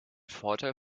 vorteil